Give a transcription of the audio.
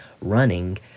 running